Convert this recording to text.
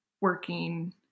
working